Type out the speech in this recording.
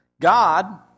God